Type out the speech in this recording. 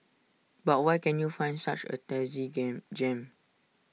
but where can you find such A tasty game gem